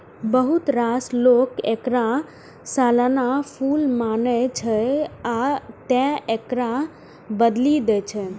बहुत रास लोक एकरा सालाना फूल मानै छै, आ तें एकरा बदलि दै छै